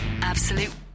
Absolute